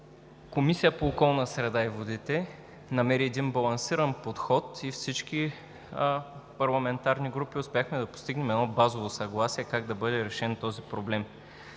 Комисията по околната среда и водите намери балансиран подход и всички парламентарни групи успяхме да постигнем базово съгласие как да бъде решен този проблем.